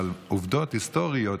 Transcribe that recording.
אבל עובדות היסטוריות,